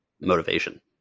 motivation